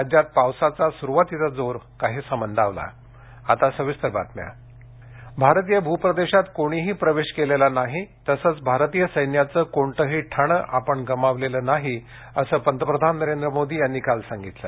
राज्यात पावसाचा सुरुवातीचा जोर काहीसा मंदावला आता सविस्तर बातम्या सर्वपक्षीय बैठक भारतीय भूप्रदेशात कोणीही प्रवेश केलेला नाही तसंच भारतीय सैन्याचं कोणतंही ठाणं आपण गमावलेलं नाही असं पंतप्रधान नरेंद्र मोदी यांनी काल सांगितलं